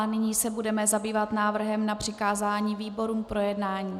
Nyní se budeme zabývat návrhem na přikázání výborům k projednání.